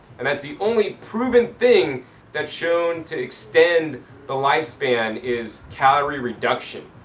and that's the only proven thing that's shown to extend the lifespan is calorie reduction.